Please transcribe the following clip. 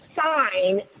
sign